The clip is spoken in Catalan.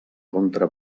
contra